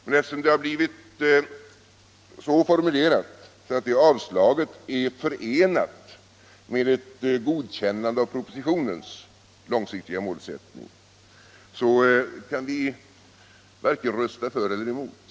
Men eftersom det har blivit så formulerat, att ett sådant avslag är förenat med ett godkännande av propositionens långsiktiga målsättning, kan vi inte rösta vare sig för eller emot.